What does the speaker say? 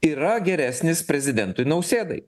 yra geresnis prezidentui nausėdai